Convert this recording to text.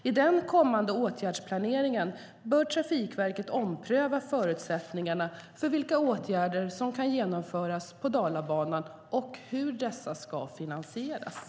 I den kommande åtgärdsplaneringen bör Trafikverket ompröva förutsättningarna för vilka åtgärder som kan genomföras på Dalabanan och hur dessa ska finansieras.